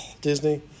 Disney